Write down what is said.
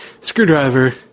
screwdriver